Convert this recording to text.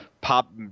pop